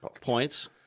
Points